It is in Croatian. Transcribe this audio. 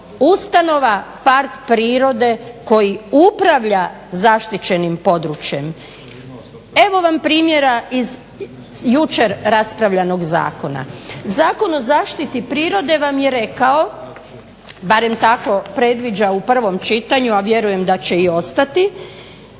Ustanova park prirode koji upravlja zaštićenim područjem. Evo vam primjera iz jučer raspravljanog zakona. Zakon o zaštiti prirode vam je rekao barem tako predviđa u prvom čitanju, a vjerujem da će i ostati.